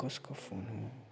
कसको फोन हो